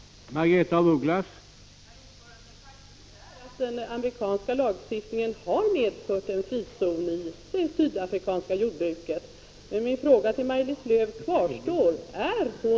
17 december 1985